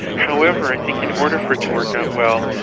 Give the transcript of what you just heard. however, i think in order for it to work out well,